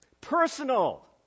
Personal